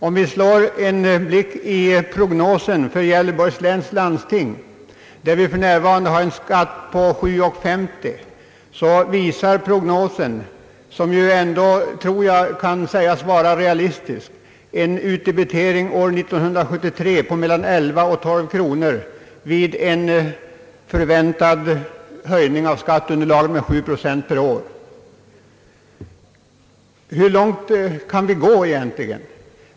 Om vi kastar en blick i prognosen för Gäv leborgs läns landsting, där vi för närvarande har en skatt på 7:50 kr., så visar prognosen, som ju ändå kan sägas vara realistisk, en utdebitering år 1973 på mellan 11 och 12 kronor vid en förväntad höjning av skatteunderlaget med 7 procent per år. Hur långt kan vi gå egentligen?